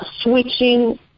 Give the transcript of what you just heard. switching